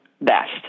best